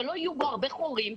שלא יהיו בו הרבה חורים,